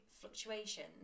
fluctuations